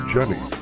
Jenny